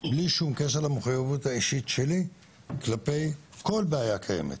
בלי שום קשר למחויבות האישית שלי כלפי כל בעיה קיימת